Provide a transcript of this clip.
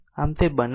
આમ તે બનાવો